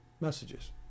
messages